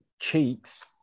Cheeks